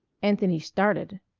anthony started.